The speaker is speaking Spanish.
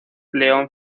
león